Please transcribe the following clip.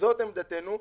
זאת עמדתנו.